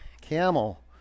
Camel